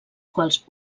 quals